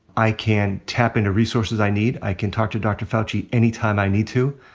i can tap into resources i need. i can talk to dr. fauci any time i need to.